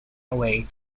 away